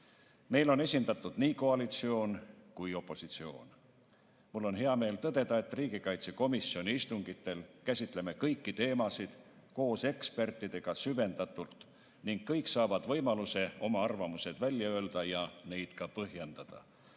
Meil on esindatud nii koalitsioon kui ka opositsioon. Mul on hea meel tõdeda, et me riigikaitsekomisjoni istungitel käsitleme kõiki teemasid koos ekspertidega süvendatult ning kõik saavad võimaluse oma arvamused välja öelda ja neid ka põhjendada.